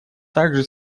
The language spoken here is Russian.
также